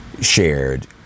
shared